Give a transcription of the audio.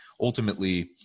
ultimately